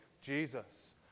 Jesus